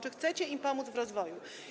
Czy chcecie im pomóc w rozwoju?